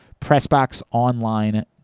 PressBoxOnline